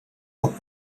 poc